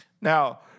Now